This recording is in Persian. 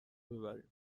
ببریم